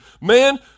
man